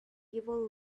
evil